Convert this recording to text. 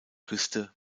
küste